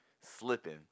Slipping